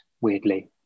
weirdly